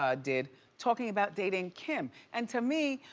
ah did talking about dating kim. and to me,